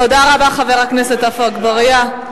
תודה רבה, חבר הכנסת עפו אגבאריה.